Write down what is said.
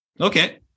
Okay